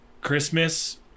Christmas